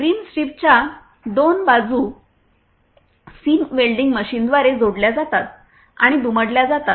रिम स्ट्रिपच्या 2 बाजू seam welding मशीनद्वारे जोडल्या जातात आणि दुमडल्या जातात